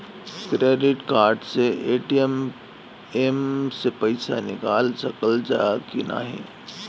Credit card से ATM से पइसा निकाल सकल जाला की नाहीं?